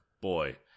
boy